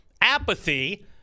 apathy